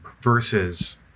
versus